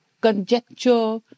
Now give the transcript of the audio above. conjecture